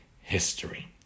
history